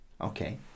Okay